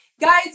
guys